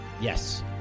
Yes